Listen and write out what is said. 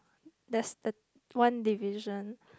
there's the one division